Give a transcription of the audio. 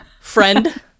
friend